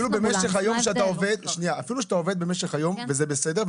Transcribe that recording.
אפילו במשך היום כשאתה עובד וזה בסדר,